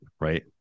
right